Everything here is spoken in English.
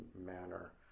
manner